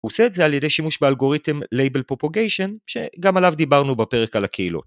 עושה את זה על ידי שימוש באלגוריתם Label Propagation, שגם עליו דיברנו בפרק על הקהילות.